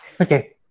okay